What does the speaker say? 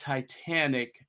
Titanic